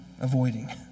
avoiding